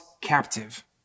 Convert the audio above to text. captive